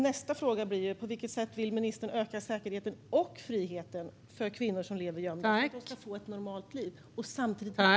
Nästa fråga blir: På vilket sätt vill ministern öka säkerheten och friheten för kvinnor som lever gömda så att de ska få ett normalt liv och männen samtidigt begränsas?